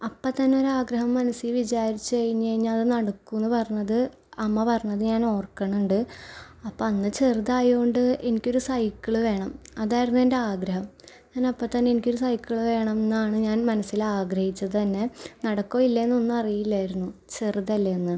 അപ്പം തന്നെ ഒരു ആഗ്രഹം മനസിൽ വിചാരിച്ച് കഴിഞ്ഞ് കഴിഞ്ഞാൽ അത് നടക്കും എന്ന് പറഞ്ഞത് അമ്മ പറഞ്ഞത് ഞാൻ ഓർക്കുന്നുണ്ട് അപ്പം അന്ന് ചെറുതായത് കൊണ്ട് എനിക്ക് ഒരു സൈക്കിൾ വേണം അതായിരുന്നു എൻ്റെ ആഗ്രഹം അപ്പം തന്നെ എനിക്ക് ഒരു സൈക്കിൾ വേണം എന്നാണ് ഞാൻ മനസ്സിൽ ആഗ്രഹിച്ചത് തന്നെ നടക്കുമോ ഇല്ലയോ എന്നറിയില്ലായിരുന്നു ചെറുതല്ലേ അന്ന്